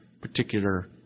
particular